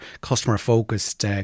customer-focused